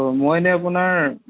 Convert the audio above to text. অঁ মই এনে আপোনাৰ